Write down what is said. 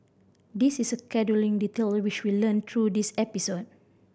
this is a scheduling detail which we learnt through this episode